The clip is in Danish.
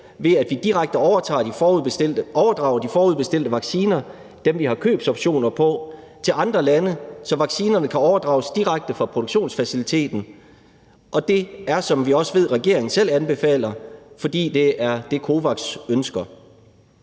ved at vi direkte overdrager de forudbestilte vacciner, altså dem, vi har købsoptioner på, til andre lande, så vaccinerne kan overdrages direkte fra produktionsfaciliteten. Det er det, som vi også ved regeringen selv anbefaler, fordi det er det, COVAX ønsker.